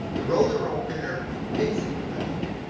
the roll-to-roll printer wins incrementally,